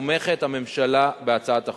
תומכת הממשלה בהצעת החוק.